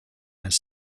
has